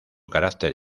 carácter